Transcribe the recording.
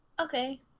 Okay